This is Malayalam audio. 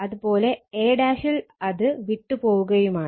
അത് പോലെ a ൽ അത് വിട്ട് പോവുകയുമാണ്